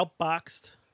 outboxed